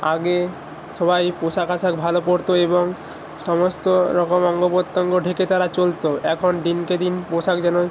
আগে সবাই পোশাক আশাক ভালো পরতো এবং সমস্ত রকম অঙ্গ প্রত্যঙ্গ ঢেকে তারা চলতো এখন দিনকে দিন পোশাক যেন